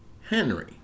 Henry